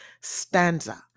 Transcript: stanza